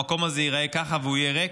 המקום הזה ייראה ככה, הוא יהיה ריק.